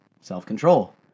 self-control